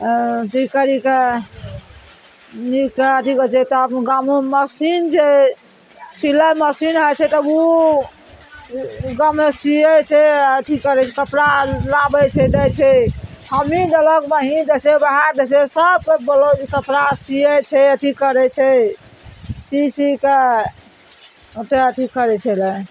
एँ अथी करी कऽ नीकसँ अथी करय छै तऽ अपनो गामोमे मशीन छै सिलाइ मशीन होइ छै तब उ गाममे सीयै छै अथी करय छै कपड़ा लाबय छै दै छै हमहीं देलक यही दै छै बाहर दै छै सबके ब्लाउज कपड़ा सीयै छै अथी करय छै सी सी के ओतय अथी करय छलय